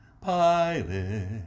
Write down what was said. Pilot